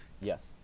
Yes